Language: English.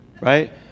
right